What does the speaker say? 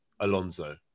Alonso